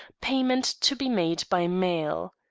payment to be made by mail.